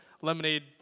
lemonade